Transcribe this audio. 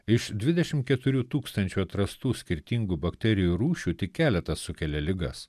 iš dvidešim keturių tūkstančių atrastų skirtingų bakterijų rūšių tik keletas sukelia ligas